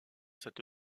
cette